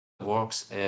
Works